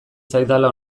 zaidala